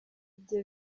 ibyo